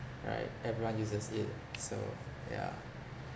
right everyone uses it so yeah